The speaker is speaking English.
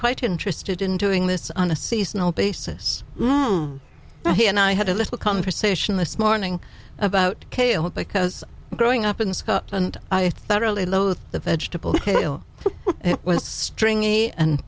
quite interested in doing this on a seasonal basis he and i had a little conversation this morning about kale because growing up in scotland i thoroughly loathed the vegetable kale but it was stringy and